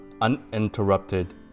uninterrupted